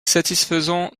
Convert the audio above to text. satisfaisant